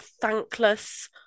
thankless